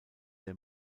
der